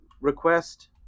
request